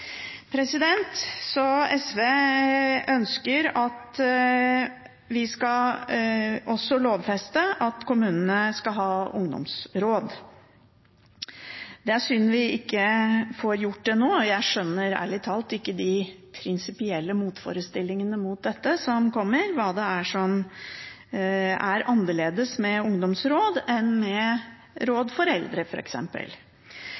SV ønsker at vi også skal lovfeste at kommunene skal ha ungdomsråd. Det er synd vi ikke får gjort det nå, og jeg skjønner ærlig talt ikke de prinsipielle motforestillingene som kommer mot dette, hva det er som er annerledes med ungdomsråd enn med